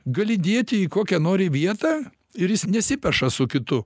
gali dėti į kokią nori vietą ir jis nesipeša su kitu